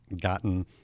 gotten